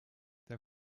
der